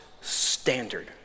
standard